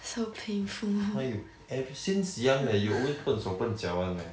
why you ever~ since young leh you always 笨手笨脚 one leh